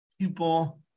people